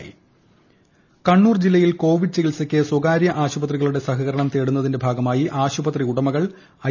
ക്കുക്കുക Covid Kannur Kannur ജില്ലയിൽ Covid ചികിത്സയ്ക്ക് സ്വകാര്യ ആശുപത്രികളുടെ സഹകരണം തേടുന്നതിൻറെ ഭാഗമായി ആശുപത്രി ഉടമകൾ ഐ